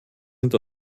sind